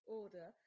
order